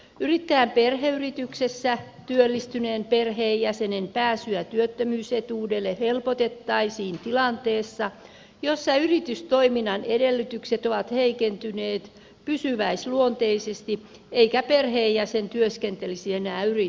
yrittäjän perheyrityksessä työllistyneen perheenjäsenen pääsyä työttömyysetuudelle helpotettaisiin tilanteessa jossa yritystoiminnan edellytykset ovat heikentyneet pysyväisluonteisesti eikä perheenjäsen työskentele enää yrityksessä